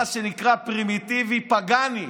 מה שנקרא פרימיטיבי, פגני,